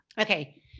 Okay